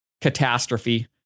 catastrophe